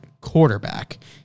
quarterback